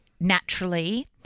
naturally